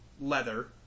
leather